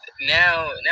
now